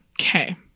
Okay